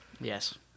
Yes